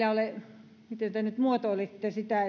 ei ole miten te nyt muotoilittekaan sitä